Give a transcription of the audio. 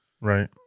Right